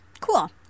cool